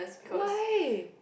why